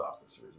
officers